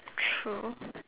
true